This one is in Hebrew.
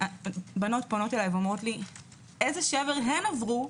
ובנות פונות אליי ואומרות לי איזה שבר הן עברו